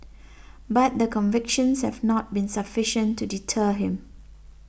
but the convictions have not been sufficient to deter him